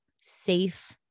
safe